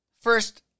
first